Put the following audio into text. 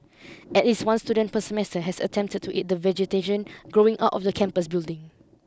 at least one student per semester has attempted to eat the vegetation growing out of the campus building